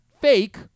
fake